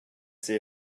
see